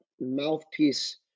mouthpiece